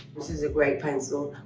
this is a great pencil.